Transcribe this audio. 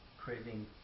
craving